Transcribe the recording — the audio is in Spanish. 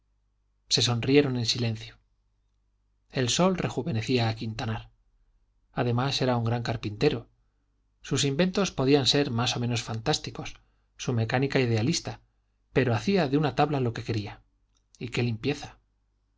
se sonrieron en silencio el sol rejuvenecía a quintanar además era un gran carpintero sus inventos podían ser más o menos fantásticos su mecánica idealista pero hacía de una tabla lo que quería y qué limpieza